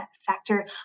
sector